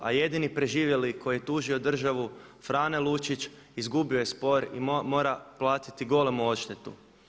A jedini preživjeli koji je tužio državu Frane Lučić izgubio je spor i mora platiti golemu odštetu.